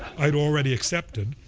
i'd already accepted.